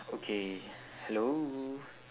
okay hello